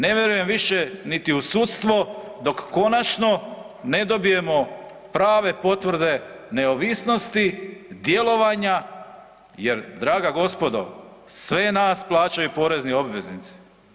Ne vjerujem više niti u sudstvo dok konačno ne dobijemo prave potvrde neovisnosti, djelovanja jer draga gospodo, sve nas plaćaju porezni obveznici.